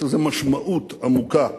יש לזה משמעות עמוקה.